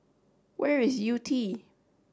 where is Yew Tee